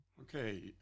Okay